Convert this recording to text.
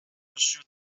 pursue